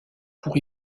pour